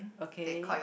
okay